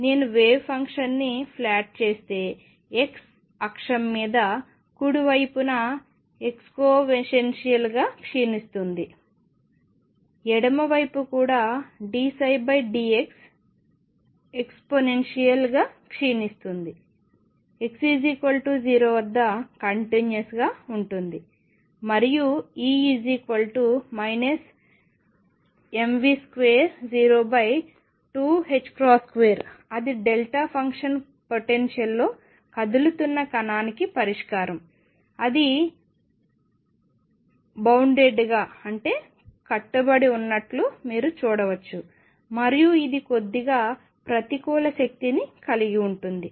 నేను వేవ్ ఫంక్షన్ని ప్లాట్ చేస్తే x అక్షం మీద కుడి వైపున ఎక్స్పొనెన్షియల్ గా క్షీణిస్తుంది ఎడమ వైపు కూడా dψdx ఎక్స్పొనెన్షియల్ గా క్షీణిస్తుంది x0 వద్ద కంటిన్యూస్ గా ఉండదు మరియు E mV022ℏ2 అది డెల్టా ఫంక్షన్ పొటెన్షియల్లో కదులుతున్న కణానికి పరిష్కారం అది బౌండెడ్ గా కట్టుబడి ఉన్నట్లు మీరు చూడవచ్చు మరియు ఇది కొద్దిగా ప్రతికూల శక్తిని కలిగి ఉంటుంది